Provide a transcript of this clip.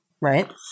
Right